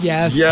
Yes